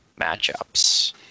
matchups